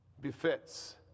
befits